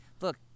Look